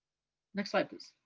next slide, please.